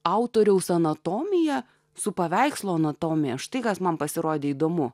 autoriaus anatomija su paveikslo anatomija štai kas man pasirodė įdomu